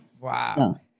Wow